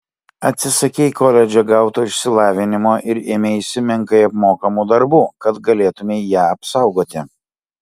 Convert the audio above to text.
atsisakei koledže gauto išsilavinimo ir ėmeisi menkai apmokamų darbų kad galėtumei ją apsaugoti